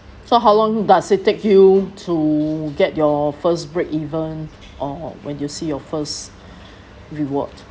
so how long does it take you to get your first break even or when you see your first reward